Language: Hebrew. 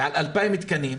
ועל 2,000 תקנים,